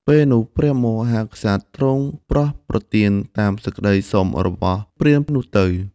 ពេលនោះព្រះមហាក្សត្រទ្រង់ប្រោសប្រទានតាមសេចក្តីសុំរបស់ព្រាហ្មណ៍នោះទៅ ។